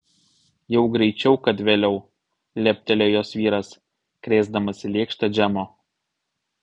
jau greičiau kad vėliau leptelėjo jos vyras krėsdamas į lėkštę džemo